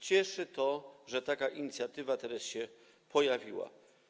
Cieszy to, że taka inicjatywa teraz się pojawiła.